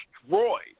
destroyed